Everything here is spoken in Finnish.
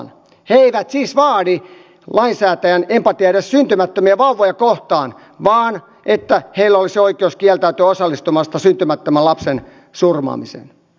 he eivät siis vaadi lainsäätäjän empatiaa edes syntymättömiä vauvoja kohtaan vaan että heillä olisi oikeus kieltäytyä osallistumasta syntymättömän lapsen surmaamiseen